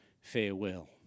farewell